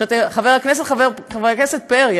חבר הכנסת פרי,